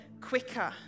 quicker